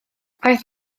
aeth